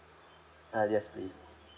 uh yes please